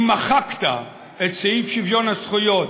אם מחקת את סעיף שוויון הזכויות,